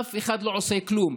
אף אחד לא עושה כלום.